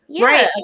Right